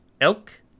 Elk